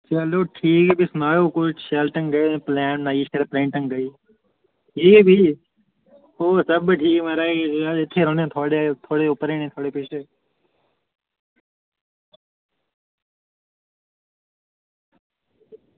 चलो ठीक ऐ भी सनाओ कुछ शैल ढंगै दे प्लॉन बनाइयै अपने ढंगै दी ठीक ऐ भी ओह् सब ठीक म्हाराज फिर उनें थुआढ़े उप्परें गै थुआढ़ें पिच्छें गै